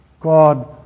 God